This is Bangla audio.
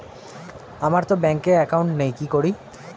আমারতো ব্যাংকে একাউন্ট নেই কি করি?